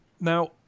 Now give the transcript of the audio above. Now